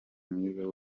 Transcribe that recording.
mwiza